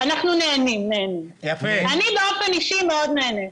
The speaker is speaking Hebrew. אנחנו נהנים, אני באופן אישי מאוד נהנית.